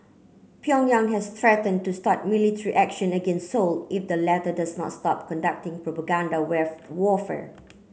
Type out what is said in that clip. Pyongyang has threaten to start military action against Seoul if the latter does not stop conducting propaganda warfare